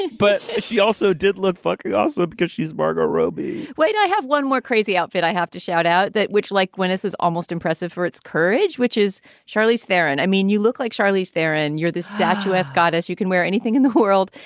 but she also did look funky also because she's margot robbie wait, i have one more crazy outfit i have to shout out. that which like when this is almost impressive for its courage, which is charlize theron. i mean, you look like charlize theron. you're the statuesque goddess. you can wear anything in the world.